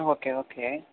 okay okay